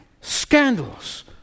scandals